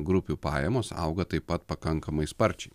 grupių pajamos auga taip pat pakankamai sparčiai